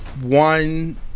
One